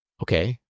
Okay